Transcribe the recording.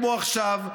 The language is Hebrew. כמו עכשיו,